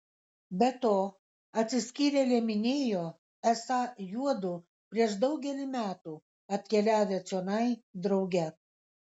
be to atsiskyrėlė minėjo esą juodu prieš daugelį metų atkeliavę čionai drauge